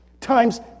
times